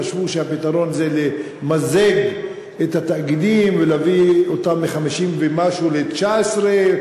חשבו שהפתרון זה למזג את התאגידים ולהביא אותם מ-50 ומשהו ל-19,